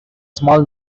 small